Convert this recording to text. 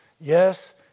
yes